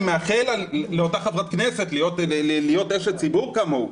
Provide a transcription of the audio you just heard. אני מאחל לאותה חברת כנסת להיות אשת ציבור כמוהו.